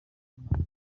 buri